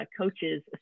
coaches